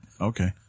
okay